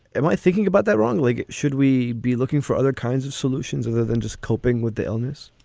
am i thinking about that wrong leg? should we be looking for other kinds of solutions other than just coping with the illness?